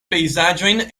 pejzaĝojn